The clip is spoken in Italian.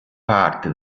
parte